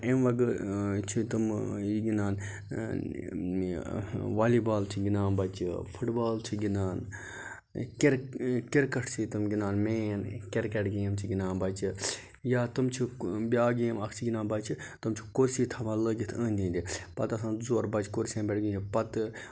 اَمہِ وَغٲر چھِ تم یہِ گِندان والی بال چھِ گِندان بَچہٕ فُٹ بال چھِ گِندان کِر کِرکٹ چھِ تٕم گِندان مین کِرکٹ گیم چھِ گِندان بَچہِ یا تم چھِ بیاکھ گیم اکھ چھِ گِندان بَچہٕ تم چھِ کُرسی تھاوان لٲگِتھ أندۍ أندۍ پَتہٕ آسان زٕ ژور بَچہٕ کُرسین پٮ۪ٹھ بِہَتھ پَتہٕ